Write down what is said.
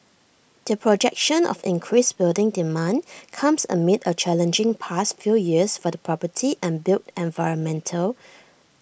the projection of increased building demand comes amid A challenging past few years for the property and built environment